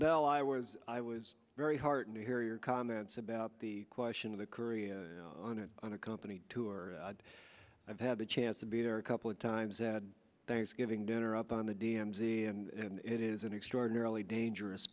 bell i was i was very heartened to hear your comments about the question of the korea on an unaccompanied tour i've had the chance to be there a couple of times i had thanksgiving dinner up on the d m z and it is an extraordinarily dangerous